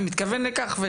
התכוונתי לכך.